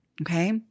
Okay